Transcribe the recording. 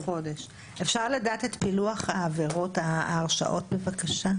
אפשר לדעת את פילוח ההרשעות בבקשה?